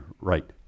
right